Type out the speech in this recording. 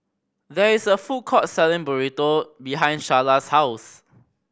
there is a food court selling Burrito behind Sharla's house